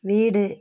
வீடு